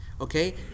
Okay